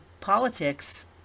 politics